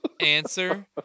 Answer